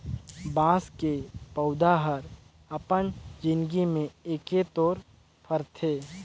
बाँस के पउधा हर अपन जिनगी में एके तोर फरथे